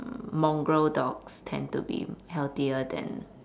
mongrel dogs tend to be healthier than